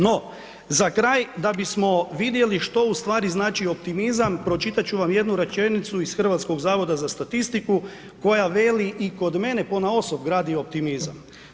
No, za kraj da bismo vidjeli što u stvari znači optimizam pročitati ću vam jednu rečenicu iz Hrvatskog zavoda za statistiku koja veli i kod mene ponaosob gradi optimizam.